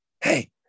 hey